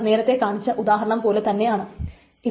നേരത്തെ കാണിച്ച ഉദാഹരണം പോലെ തന്നെയാണ് ഇത്